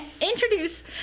introduce